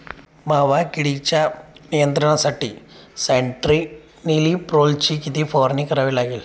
मावा किडीच्या नियंत्रणासाठी स्यान्ट्रेनिलीप्रोलची किती फवारणी करावी लागेल?